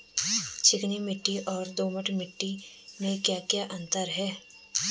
चिकनी मिट्टी और दोमट मिट्टी में क्या क्या अंतर है?